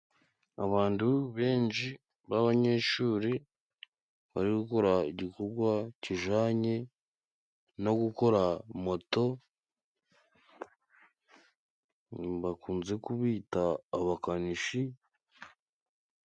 Abantu benji b'abanyeshuri bari gukora igikogwa kijanye no gukora moto, bakunze kubita abakanishi.